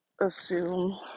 assume